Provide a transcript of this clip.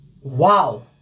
Wow